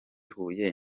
huye